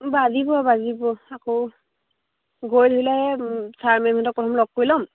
বাজিব বাজিব আকৌ গৈ ছাৰ মেডমহঁতক প্ৰথমে লগ কৰি ল'ম